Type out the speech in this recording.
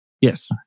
Yes